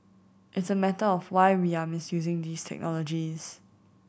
it's a matter of why we are misusing these technologies